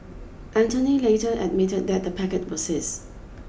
Anthony later admitted that the packet was his